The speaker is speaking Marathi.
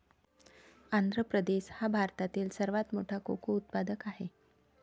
आंध्र प्रदेश हा भारतातील सर्वात मोठा कोको उत्पादक आहे